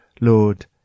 Lord